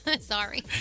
Sorry